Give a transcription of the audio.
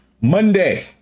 Monday